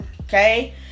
Okay